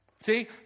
See